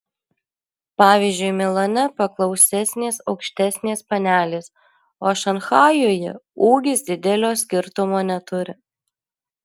pavyzdžiui milane paklausesnės aukštesnės panelės o šanchajuje ūgis didelio skirtumo neturi